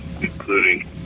including